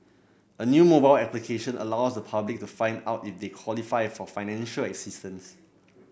a new mobile application allows the public to find out if they qualify for financial assistance